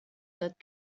that